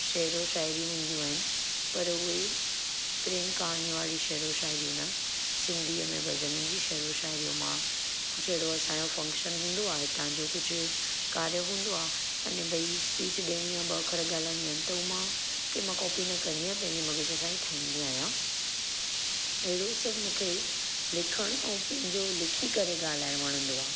शइरु व शाइरी हूदियूं आहिनि पर उहे प्रेम कहाणी वारी शइरु व शाइरियूं न सिंधीअ में भॼननि जी शइरु व शाइरीअ मां कुझु अहिड़ो असांजो फंक्शन हूंदो आहे हितां जो कुझु कार्य हूंदो आहे आने भई स्पीच ॾियणी आहे ॿ अखर ॻाल्हाइणी आहिनि त मां कंहिं मां कॉपी न कंदी आहियां पंहिंजी मग़ज़ सां ई ठाहींदी आहियां अहिड़ो सभु मूंखे लिखणु ऐं पंहिंजो लिखी करे ॻाल्हाइणु वणंदो आहे